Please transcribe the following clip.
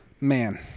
man